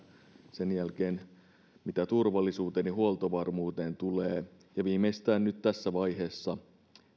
sen jälkeen siitä mitä turvallisuuteen ja huoltovarmuuteen tulee ja viimeistään tässä vaiheessa